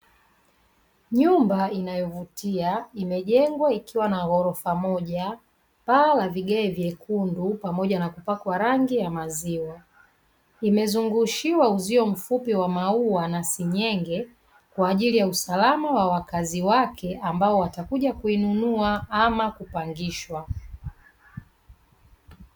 Nyumba inayovutia imejengwa ikiwa na ghorofa moja paa la vigai vyekundu pamoja na kupakwa rangi ya maziwa imezungushiwa uzio mfupi wa maua na senyenge kwa ajili ya usalama wa wakazi wake ambao watakuja kuinunua ama kupangishwa.